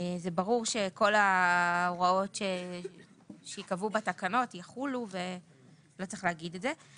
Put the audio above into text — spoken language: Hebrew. זה ברור שכל ההוראות שייקבעו בתקנות יחולו ולא צריך להגיד את זה.